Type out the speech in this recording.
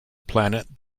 planet